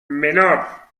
menor